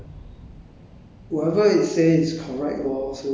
你觉得 like 你觉得